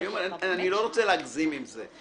ואני אומר, אני לא רוצה להגזים עם זה.